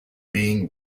being